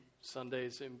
Sundays